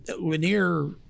Lanier